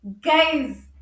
Guys